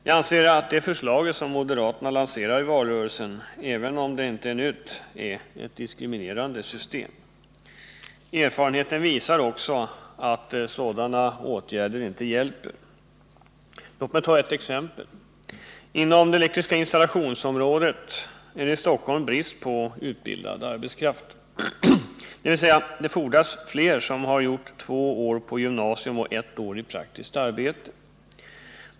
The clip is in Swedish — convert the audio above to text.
Jag anser att det förslag som moderaterna lanserade i valrörelsen, även om det inte är nytt, innebär ett diskriminerande system. Erfarenheten visar också att sådana åtgärder inte hjälper. Låt mig ta ett exempel. Inom elinstallationsområdet är det i Stockholm brist på utbildad arbetskraft, dvs. det fordras fler som har fullgjort två år på gymnasium och ett år i praktiskt arbete.